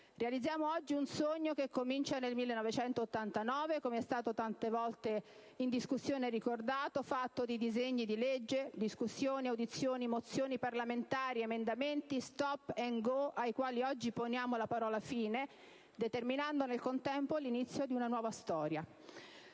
Realizziamo oggi un sogno che comincia nei 1989 - come è stato tante volte in discussione ricordato - fatto di disegni di legge, discussioni, audizioni, mozioni parlamentari, emendamenti, *stop and go* ai quali oggi poniamo la parola fine, determinando nel contempo l'inizio di una nuova storia.